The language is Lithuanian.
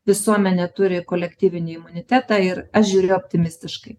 visuomenė turi kolektyvinį imunitetą ir aš žiūriu optimistiškai